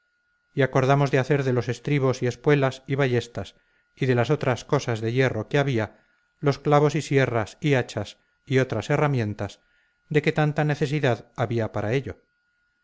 y acordamos de hacer de los estribos y espuelas y ballestas y de las otras cosas de hierro que había los clavos y sierras y hachas y otras herramientas de que tanta necesidad había para ello